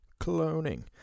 cloning